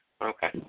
Okay